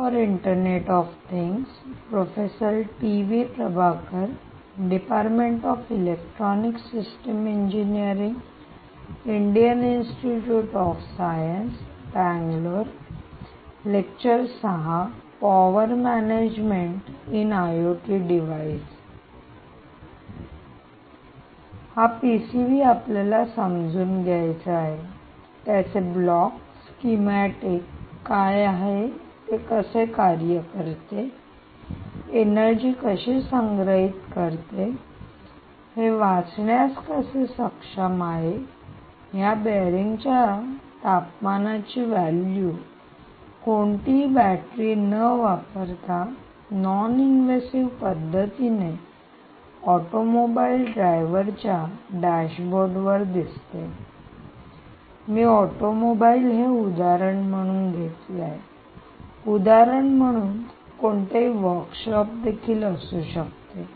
हा पीसीबी आपल्याला समजून घ्यायचा आहे त्याचे ब्लॉक स्कीमॅटिक schematic योजना काय आहे ते कसे कार्य करते एनर्जी energy ऊर्जा कशी संग्रहित करतो हे वाचण्यास कसे सक्षम आहे या बेरिंगच्या तापमानाची व्हॅल्यू कोणतीही बॅटरी न वापरता नॉन इनवेसिव non invasive आक्रमक नसलेली पद्धतीने ऑटोमोबाईल ड्रायव्हरच्या डॅशबोर्डवर दिसते मी ऑटोमोबाईल हे एक उदाहरण म्हणून घेतले आहे हे उदाहरण म्हणून कोणतीही वर्कशॉप workshop कार्यशाळा देखील असू शकते